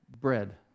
bread